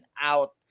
out